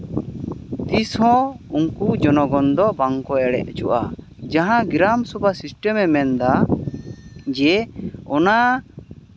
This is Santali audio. ᱛᱤᱥᱦᱚᱸ ᱩᱱᱠᱩ ᱡᱚᱱᱚᱜᱚᱱ ᱫᱚ ᱵᱟᱝ ᱠᱚ ᱮᱲᱮ ᱦᱚᱪᱚᱜᱼᱟ ᱡᱟᱦᱟᱸ ᱜᱨᱟᱢ ᱥᱚᱵᱷᱟ ᱥᱤᱥᱴᱮᱢ ᱮ ᱢᱮᱱᱫᱟ ᱡᱮ ᱚᱱᱟ